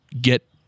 get